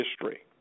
history